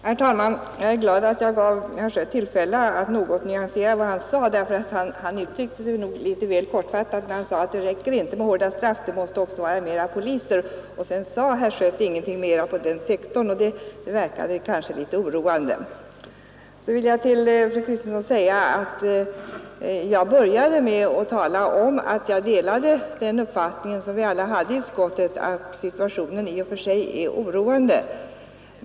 Herr talman! Jag är glad att jag gav herr Schött tillfälle att något nyansera vad han sade. Han uttryckte sig nog litet väl kortfattat, när han sade att det inte räcker med hårda straff, utan det måste också vara flera poliser. Sedan sade herr Schött ingenting mer om den sektorn, och det verkade kanske litet oroande. Till fru Kristensson vill jag säga att jag började med att tala om att jag har samma uppfattning som övriga ledamöter i utskottet om att situationen i och för sig är oroande.